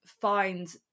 find